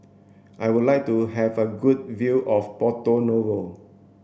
I would like to have a good view of Porto Novo